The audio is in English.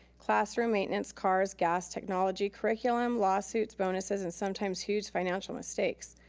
classroom maintenance, cars, gas, technology, curriculum, lawsuits, bonuses and sometimes huge financial mistakes,